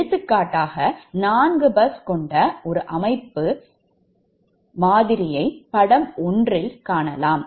எடுத்துக்காட்டாக நான்கு பஸ் கொண்ட அமைப்பு மாதிரியை படம் 1 இல் காணலாம்